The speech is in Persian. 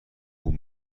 خوب